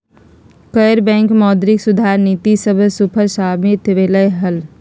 कय बेर मौद्रिक सुधार के नीति सभ सूफल साबित भेलइ हन